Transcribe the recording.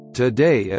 today